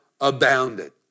abounded